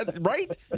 Right